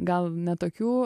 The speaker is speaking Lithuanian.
gal ne tokių